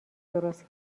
درست